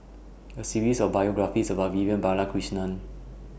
A series of biographies about Vivian Balakrishnan